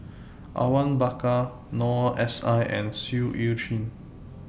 Awang Bakar Noor S I and Seah EU Chin